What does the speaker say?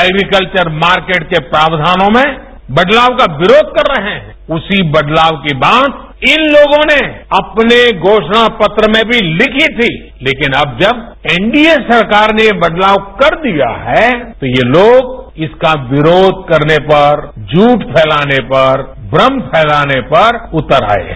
agriculture market के प्राक्षानों में बदलाव का विरोध कर रहे हैं उसी बदलाव के बाद इन लोगों ने अपने घोषणा पत्र में भी लिखी थी लेकिन अब जब एनडीए सरकार ने ये बदलाव कर दिया है तो ये लोग इसका विरोध करने पर झूठ फैलाने पर भ्रम फैलाने पर उतर आए हैं